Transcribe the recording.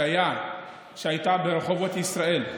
שהייתה ברחובות ישראל,